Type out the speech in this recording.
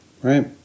right